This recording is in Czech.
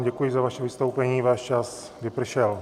Děkuji za vaše vystoupení, váš čas vypršel.